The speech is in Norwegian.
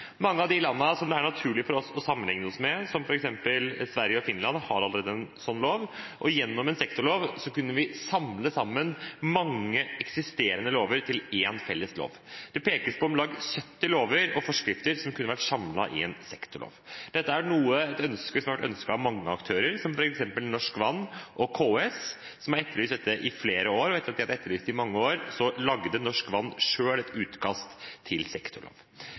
Mange av de landene som det er naturlig for oss å sammenligne oss med, som f.eks. Sverige og Finland, har allerede en sånn lov. Gjennom en sektorlov kunne vi samlet sammen mange eksisterende lover til én felles lov. Det pekes på om lag 70 lover og forskrifter som kunne vært samlet i en sektorlov. Dette er noe som har vært ønsket av mange aktører, f.eks. av Norsk Vann og KS, som har etterlyst dette i flere år, og etter at de hadde etterlyst det i mange år, lagde Norsk Vann selv et utkast til sektorlov.